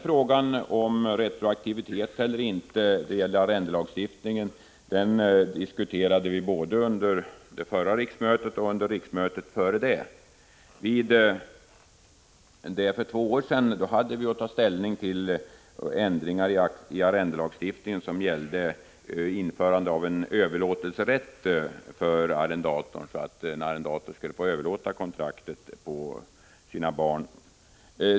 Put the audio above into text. Frågan om retroaktivitet eller inte när det gäller arrendelagstiftningen diskuterade vi både under förra riksmötet och under riksmötet före det. För två år sedan hade vi att ta ställning till en ändring i arrendelagstiftningen som gällde införande av en överlåtelserätt för arrendatorn, så att arrendatorn skulle få överlåta kontraktet på sina barn.